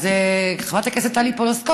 אז חברת הכנסת טלי פלוסקוב,